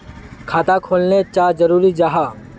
खाता खोलना चाँ जरुरी जाहा?